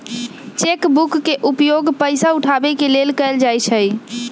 cheque book के उपयोग पइसा उठाबे के लेल कएल जाइ छइ